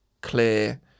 clear